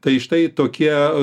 tai štai tokie